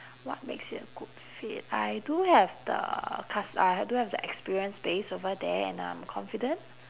what makes it a good fit I do have the cus~ I do have the experience based over there and I'm confident